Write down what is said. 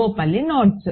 లోపల నోడ్స్